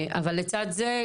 אבל לצד זה,